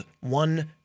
one